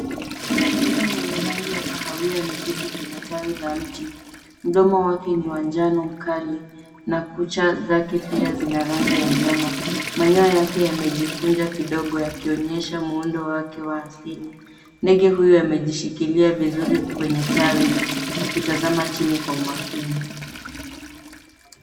Ndege mwenye rangi ya kahawia ameketi kwenye tawi la mti. Mdomo wake ni wa njano mkali na kucha zake pia zina rangi ya njano. Manyoya yake yamejikunja kidogo yakionyesha muundo wake wa asili. Ndege huyo amejishikilia vizuri kwenye tawi akitazama chini kwa makini.